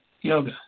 yoga